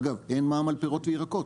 אגב, אין מע"מ על פירות וירקות.